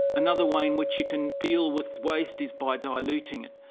another way in which you can deal with waste is by diluting it.